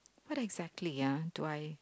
what exactly ah do I